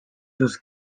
was